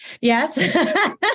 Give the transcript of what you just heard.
Yes